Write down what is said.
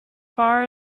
far